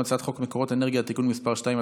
הצעת חוק מקורות אנרגיה (תיקון מס' 2),